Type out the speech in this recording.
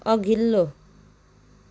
अघिल्लो